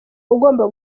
ugomba